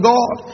God